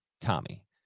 Tommy